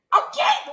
okay